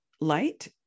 light